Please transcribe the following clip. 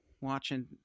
watching